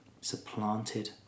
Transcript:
supplanted